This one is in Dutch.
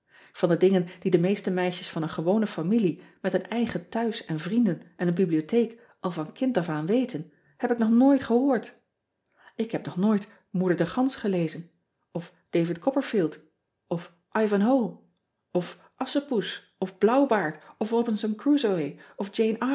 an de dingen die de meeste meisjes van een gewone familie met een eigen thuis en vrienden en een bibliotheek al van kind of aan weten heb ik nog nooit gehoord k heb nog nooit oeder de ans gelezen of avid opperfield of vanhoe of sschepoes of lauwbaard of obinson rusoe of